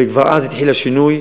וכבר אז התחיל השינוי.